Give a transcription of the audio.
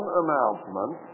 announcement